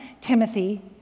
Timothy